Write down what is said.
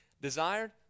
desired